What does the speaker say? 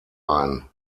ein